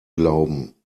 glauben